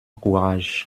courage